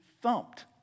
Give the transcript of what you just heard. thumped